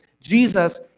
Jesus